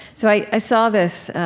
so i i saw this